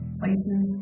places